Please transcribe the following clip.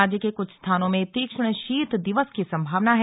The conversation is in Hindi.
राज्य के कुछ स्थानों में तीक्ष्ण शीत दिवस की संभावना है